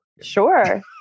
sure